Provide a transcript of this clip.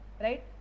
right